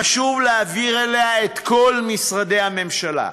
חשוב להעביר אליה את כל משרדי הממשלה,